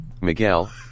Miguel